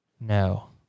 No